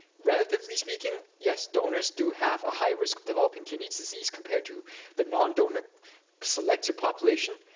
relatively speaking, yes, donors do have a higher risk of developing kidney disease, compared to the nondonor selected population.